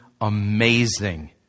amazing